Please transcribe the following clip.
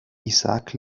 isaac